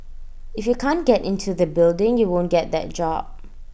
if you can't get into the building you won't get that job